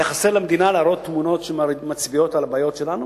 למדינה היה חסרות תמונות שמצביעות על הבעיות שלנו,